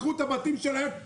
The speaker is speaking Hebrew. מכרו את הבתים שלהם.